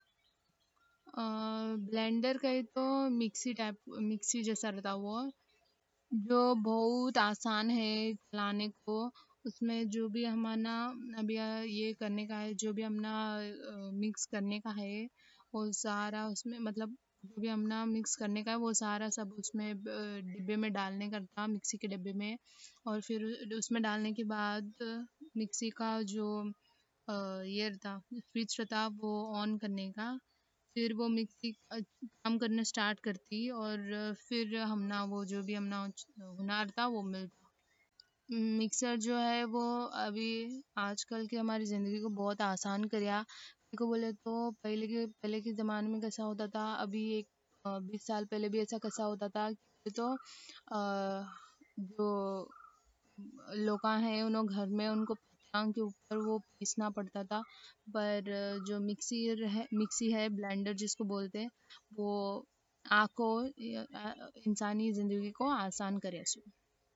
بلینڈر کا ہے تو مکسی جیسا رہتا، وہ جو بہت آسان ہے۔ لانے کو اس میں جو بھی ہمنا یہ کرنے کا ہے جو بھی۔ ہمنا مکس کرنے کا ہے، اس میں مطلب جو بھی ہمنا۔ مکس کرنے کا ہے، وہ سارا سب اس میں ڈبے میں ڈالتے۔ مکسی کے ڈبے میں اور اس میں ڈالنے کے بعد مکسی کا جو سوئچ رہتا، وہ آن کرنے کا۔ پھر وہ مکسی سٹارٹ کرتی، اور پھر ہمنا جو بھی ہمنا ہونا تھا وہ ملتا۔ مکسر جو ہے ابھی آج کل ہماری زندگی کو بہت آسان کریا۔ تو پہلے کی زمان میں کیسا ہوتا تھا۔ ابھی سال پہلے بھی ایسا کیسا ہوتا تھا تو لوگاں ہے انھوں گھر میں ان کو پتھیانک کے اوپر وہ پِسنا پڑتا تھا، پر جو مکسی ہے بلینڈر جس کو بولتے، وہ انسانی زندگی کو آسان کریا سو۔